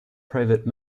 private